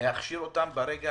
להכשיר ברגע